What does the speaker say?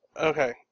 Okay